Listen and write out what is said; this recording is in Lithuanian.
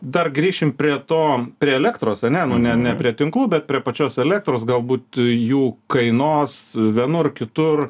dar grįšim prie to prie elektros ane nu ne ne prie tinklų bet prie pačios elektros galbūt jų kainos vienur kitur